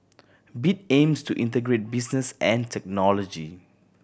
bit aims to integrate business and technology